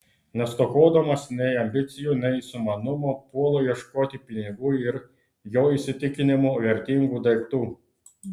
nestokodamas nei ambicijų nei sumanumo puola ieškoti pinigų ir jo įsitikinimu vertingų daiktų